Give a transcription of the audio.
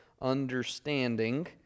understanding